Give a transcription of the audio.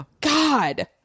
God